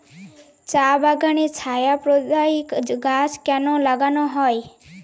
চা বাগানে ছায়া প্রদায়ী গাছ কেন লাগানো হয়?